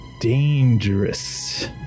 dangerous